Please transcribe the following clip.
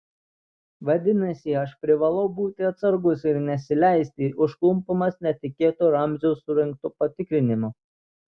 vadinasi aš privalau būti atsargus ir nesileisti užklumpamas netikėto ramzio surengto patikrinimo